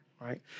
right